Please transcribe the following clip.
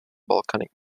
volcanic